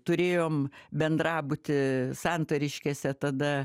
turėjom bendrabutį santariškėse tada